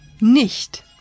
nicht